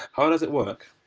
how does it work?